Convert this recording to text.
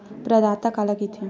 प्रदाता काला कइथे?